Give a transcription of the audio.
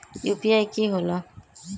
UPI कि होला?